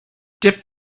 dip